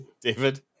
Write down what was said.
David